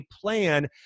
plan